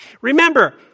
Remember